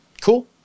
Cool